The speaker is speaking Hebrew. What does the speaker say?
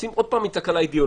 עושים עוד פעם מתקלה אידיאולוגיה.